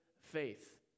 faith